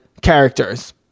characters